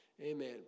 Amen